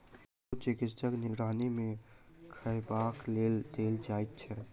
पशु चिकित्सकक निगरानी मे खयबाक लेल देल जाइत छै